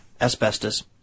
asbestos